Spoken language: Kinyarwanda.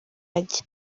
ajya